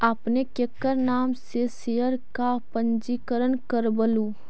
आपने केकर नाम से शेयर का पंजीकरण करवलू